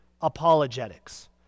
apologetics